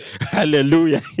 Hallelujah